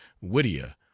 whittier